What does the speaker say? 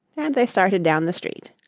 and they started down the street.